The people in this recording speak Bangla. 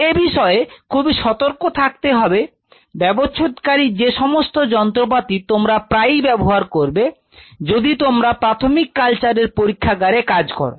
এ বিষয়ে খুবই সতর্ক থাকতে হবে ব্যবচ্ছেদ কারী যে সমস্ত যন্ত্রপাতি তোমরা প্রায়ই ব্যবহার করবে যদি তোমরা প্রাথমিক কালচার এর পরীক্ষাগারে কাজ করো